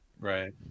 Right